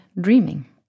dreaming